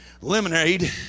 lemonade